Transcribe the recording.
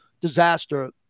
disaster